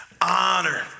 Honor